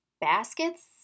baskets